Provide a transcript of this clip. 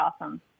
awesome